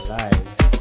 lives